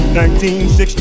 1960